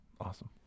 Awesome